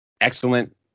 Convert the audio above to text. excellent